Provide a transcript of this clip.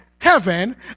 heaven